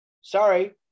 sorry